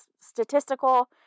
statistical